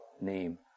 name